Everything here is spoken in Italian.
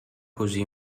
così